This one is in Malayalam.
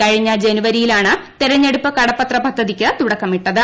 കഴിഞ്ഞ ജനുവരിയിലാണ് തെരഞ്ഞെടുപ്പ് കടപ്പത്ര പദ്ധതിക്ക് തുടക്കമായത്